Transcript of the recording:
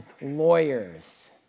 lawyers